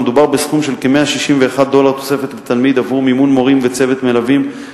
מדובר בסכום של כ-161 דולר תוספת לתלמיד עבור מימון מורים וצוות מלווים,